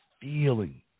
feeling